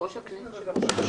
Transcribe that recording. יושב-ראש הכנסת --- כן,